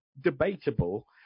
debatable